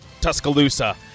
Tuscaloosa